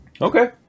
Okay